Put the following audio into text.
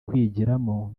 kwigiramo